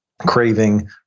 craving